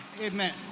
Amen